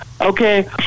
okay